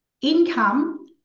income